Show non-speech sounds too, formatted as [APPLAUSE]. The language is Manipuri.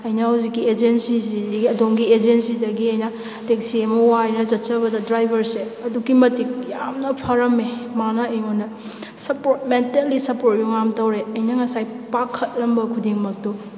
ꯑꯩꯅ ꯍꯧꯖꯤꯛꯀꯤ ꯑꯦꯖꯦꯟꯁꯤꯁꯤꯗꯒꯤ ꯑꯗꯣꯝꯒꯤ ꯑꯦꯖꯦꯟꯁꯤꯗꯒꯤ ꯑꯩꯅ ꯇꯦꯛꯁꯤ ꯑꯃ ꯋꯥꯏꯔꯒ ꯆꯠꯆꯕꯗ ꯗ꯭ꯔꯥꯏꯁꯦ ꯑꯗꯨꯛꯀꯤ ꯃꯇꯤꯛ ꯌꯥꯝꯅ ꯐꯔꯝꯃꯦ ꯃꯥꯅ ꯑꯩꯉꯣꯟꯗ ꯁꯞꯄꯣꯔ꯭ꯠ ꯃꯦꯟꯇꯦꯜꯂꯤ ꯁꯞꯄꯣꯔ꯭ꯠ [UNINTELLIGIBLE] ꯇꯧꯔꯦ ꯑꯩꯅ ꯉꯥꯁꯥꯏ ꯄꯥꯈꯠꯂꯝꯕ ꯈꯨꯗꯤꯡꯃꯛꯇꯣ